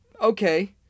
okay